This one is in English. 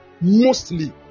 Mostly